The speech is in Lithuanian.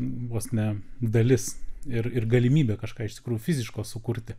vos ne dalis ir ir galimybė kažką iš tikrųjų fiziško sukurti